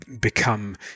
become